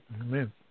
Amen